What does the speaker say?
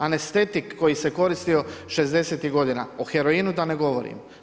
Anestetik koji se koristio '60ih godina, o heroinu da ne govorim.